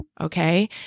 Okay